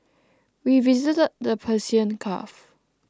we visited the Persian Gulf